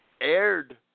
aired